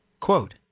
quote